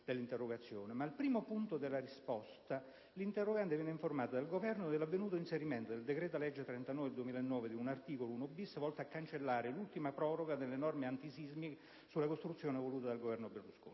ma al primo punto della risposta l'interrogante viene informato dal Governo dell'avvenuto inserimento nel decreto-legge 28 aprile 2009, n. 39, dell'articolo 1-*bis*, volto a cancellare l'ultima proroga delle norme antisismiche sulle costruzioni voluta dal Governo Berlusconi.